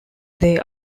they